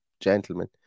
Gentlemen